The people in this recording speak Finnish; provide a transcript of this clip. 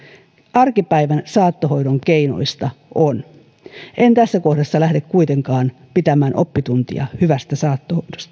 arkipäivän saattohoidon keinoista on en tässä kohdassa lähde kuitenkaan pitämään oppituntia hyvästä saattohoidosta